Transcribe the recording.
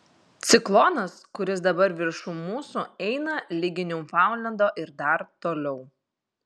ciklonas kuris dabar viršum mūsų eina ligi niūfaundlendo ir dar toliau